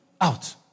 out